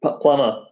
plumber